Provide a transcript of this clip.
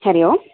Hari Om